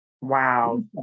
wow